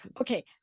Okay